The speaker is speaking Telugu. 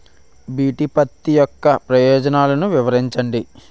బి.టి పత్తి యొక్క ప్రయోజనాలను వివరించండి?